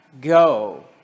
go